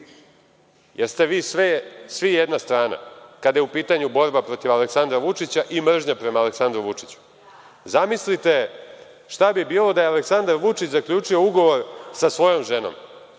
jeste li vi svi jedna strana kada je u pitanju borba protiv Aleksandra Vučića i mržnja prema Aleksandru Vučiću. Zamislite šta bi bilo da je Aleksandar Vučić zaključio ugovor sa svojom ženom? Ja